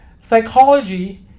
Psychology